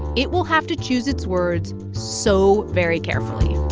it will have to choose its words so very carefully